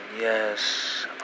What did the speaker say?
yes